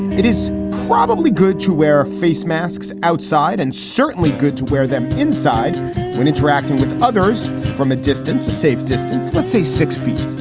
it is probably good to wear facemasks outside and certainly good to wear them inside when interacting with others from a distance, a safe distance. let's say six feet.